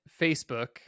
Facebook